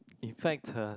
in fact uh